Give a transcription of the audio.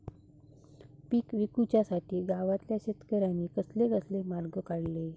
पीक विकुच्यासाठी गावातल्या शेतकऱ्यांनी कसले कसले मार्ग काढले?